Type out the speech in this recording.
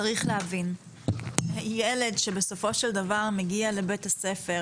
צריך להבין שילד שבסופו של דבר מגיע לבית הספר